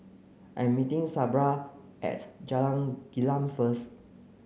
I'm meeting Sabra at Jalan Gelam first